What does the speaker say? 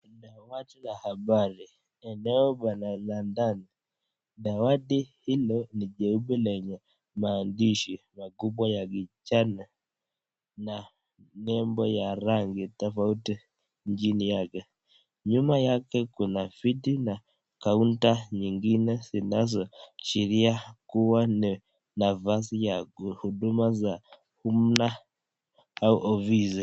Habari. Eneo pana London. Dawadi hilo ni jengo lenye maandishi makubwa ya kijani na nembo ya rangi tofauti chini yake. Nyuma yake kuna fiti na kaunta nyingine zinazoashiria kuwa ni nafasi ya huduma za umma au ofisi.